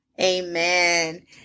amen